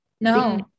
No